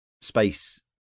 space